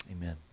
amen